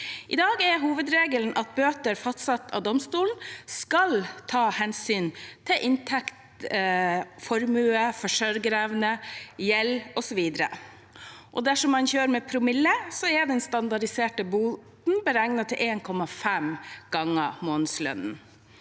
I dag er hovedregelen at bøter fastsatt av domstolen skal ta hensyn til inntekt, formue, forsørgerevne, gjeld osv., og dersom man kjører med promille, er den standardiserte boten beregnet til 1,5 ganger månedslønnen.